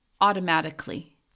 automatically